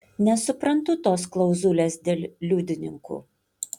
nesuprantu tos klauzulės dėl liudininkų